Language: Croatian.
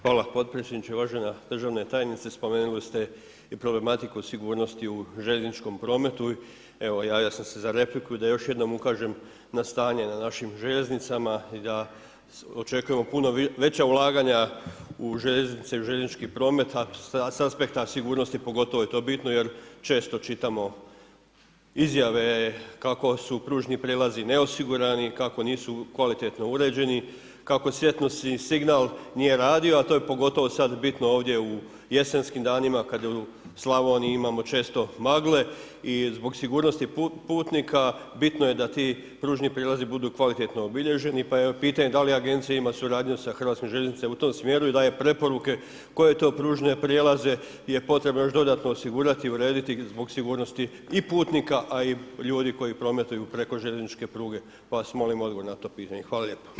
Hvala potpredsjedniče, uvažena držane tajnice spomenuli ste i problematiku sigurnosti u željezničkom prometu i evo, javio sam se za repliku, da još jednom ukažem na stanje na našim željeznicama i da očekujemo puno veće ulaganja u željeznice i željeznički promet, a sa aspekta sigurnosti, pogotovo je to bitno jer često čitamo izjave kako su kružni prelazi neosigurani kako nisu kvalitetno uređeni kako svjetlosni signal nije radio, a to je pogotovo sada bitno ovdje u jesenskim danima, kada u Slavoniji imamo često magle i zbog sigurnosti putnika, bitno je da ti kružni prelazi budu kvalitetno obilježeni, pa je pitanje da li agencija ima suradnju sa HŽ u tom smjeru i daje preporuke koje to kružne prijelaze je potrebno još dodatno osigurati, urediti zbog sigurnosti i putnika a i ljudi koji prometuju preko željezničke pruge, pa vas molim odgovor na to pitanje.